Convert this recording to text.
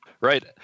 Right